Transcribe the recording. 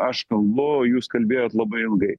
aš kalbu jūs kalbėjot labai ilgai